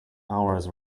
hours